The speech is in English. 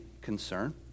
concern